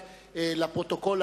רק לפרוטוקול,